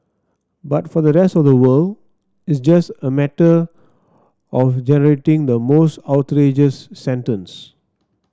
but for the rest of the world it's just a matter of generating the most outrageous sentence